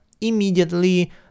immediately